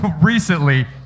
recently